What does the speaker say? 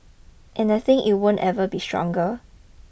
and I think it won't ever be stronger